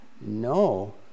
No